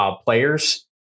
players